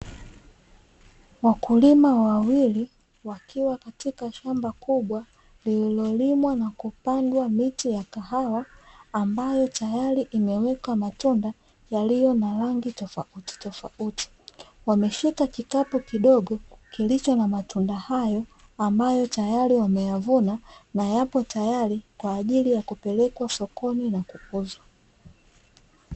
Wakulima wawili, wakiwa katika shamba kubwa lililolimwa na kupandwa miche ya kahawa, ambayo tayari imeweka matunda yaliyo na rangi tofautitofauti, wameshika kikapu kidogo kilicho na matunda hayo ambayo tayari wameyavuna na yapo tayari kwa ajili ya kupelekwa sokoni na kuuzwa.